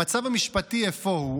המצב המשפטי אפוא הוא